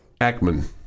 Ackman